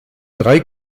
drei